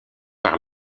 par